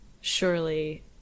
surely